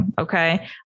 Okay